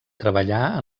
treballar